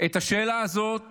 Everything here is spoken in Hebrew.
את השאלה הזאת